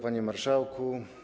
Panie Marszałku!